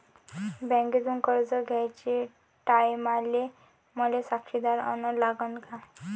बँकेतून कर्ज घ्याचे टायमाले मले साक्षीदार अन लागन का?